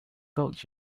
told